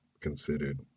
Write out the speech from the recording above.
considered